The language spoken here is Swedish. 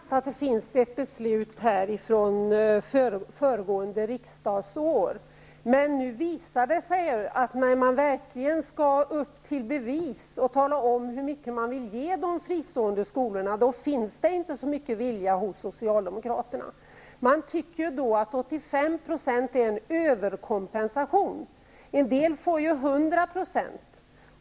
Herr talman! Det är sant att det finns ett beslut från föregående riksmöte, men nu visar det ju sig att när man verkligen skall upp till bevis och tala om hur mycket man vill ge de fristående skolorna finns det inte så mycket vilja hos Socialdemokraterna. Man tycker att 85 % är överkompensation. En del får ju 100 %.